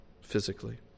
physically